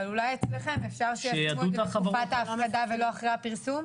אבל אולי אצלכם אפשר שיעשו את זה בתקופת ההפקדה ולא אחרי הפרסום.